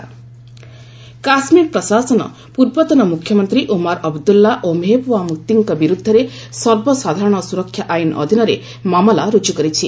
Omar Mehbooba booked Kashmir ପ୍ରଶାସନ ପୂର୍ବତନ ମୁଖ୍ୟମନ୍ତ୍ରୀ ଓମାର ଅବଦୁଲା ଓ ମେହବୁବା ମୁଫ୍ତିଙ୍କ ବିରୁଦ୍ଧରେ ସର୍ବସାଧାରଣ ସୁରକ୍ଷା ଆଇନ ଅଧୀନରେ ମାମଲା ରୁଜୁ କରିଛି